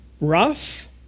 rough